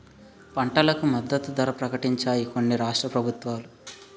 పంటలకు మద్దతు ధర ప్రకటించాయి కొన్ని రాష్ట్ర ప్రభుత్వాలు